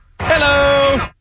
Hello